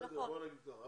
בוא נגיד ככה,